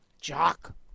Jock